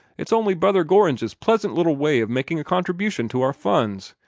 it's only brother gorringe's pleasant little way of making a contribution to our funds.